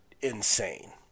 insane